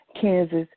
Kansas